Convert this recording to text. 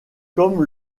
comme